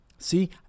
See